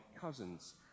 cousins